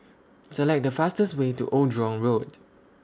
Select The fastest Way to Old Jurong Road